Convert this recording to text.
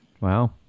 Wow